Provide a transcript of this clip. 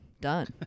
done